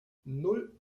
nan